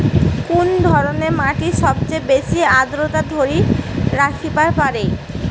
কুন ধরনের মাটি সবচেয়ে বেশি আর্দ্রতা ধরি রাখিবার পারে?